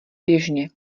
běžně